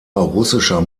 russischer